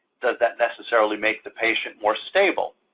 does that necessarily make the patient more stable?